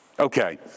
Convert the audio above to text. Okay